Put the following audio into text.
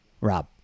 Rob